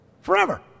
forever